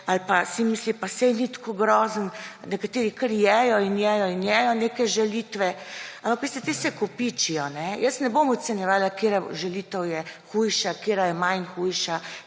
ali pa si misli, pa saj ni tako grozno, nekateri kar jejo in jejo neke žalitve. Ampak veste, te se kopičijo. Jaz ne bom ocenjevala, katera žalitev je hujša, katera je manj huda,